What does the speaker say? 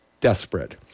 desperate